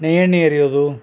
ನೇ ಎಣ್ಣೆ ಎರಿಯೋದು